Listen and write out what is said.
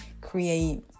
create